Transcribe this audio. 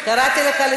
לא צריך,